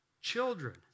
children